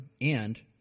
and